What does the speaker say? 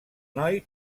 noi